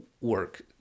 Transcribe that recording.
work